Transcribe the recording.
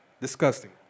Disgusting